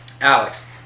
Alex